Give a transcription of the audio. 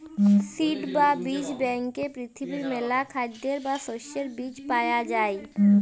seed বা বীজ ব্যাংকে পৃথিবীর মেলা খাদ্যের বা শস্যের বীজ পায়া যাই